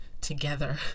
together